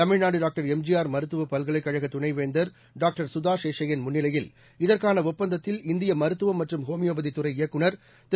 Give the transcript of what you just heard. Tamil Nadu doctor MGR மருத்துவ பல்கலைக் கழக துணைவேந்தர் டாக்டர் சுதா சேஷையன் முன்னிலையில் இதற்கான ஒப்பந்தத்தில் இந்திய மருத்துவம் மற்றும் ஹோமியோபதி துறை இயக்குநர் திரு